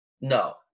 no